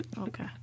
Okay